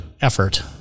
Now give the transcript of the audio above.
effort